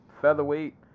featherweight